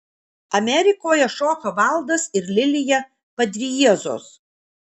amerikoje šoka valdas ir lilija padriezos